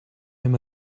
him